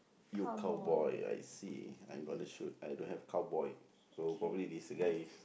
you cowboy I see I'm gonna shoot I don't have cowboy so probably this guy is